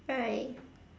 hi